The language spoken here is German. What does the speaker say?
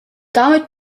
damit